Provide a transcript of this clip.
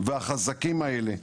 והחזקים האלה,